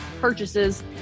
purchases